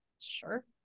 Sure